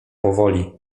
powoli